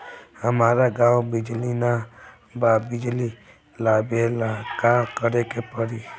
हमरा गॉव बिजली न बा बिजली लाबे ला का करे के पड़ी?